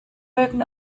mögen